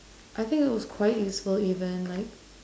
I think it was quite useful even like